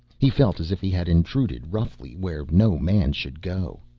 he felt as if he had intruded roughly where no man should go.